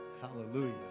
Hallelujah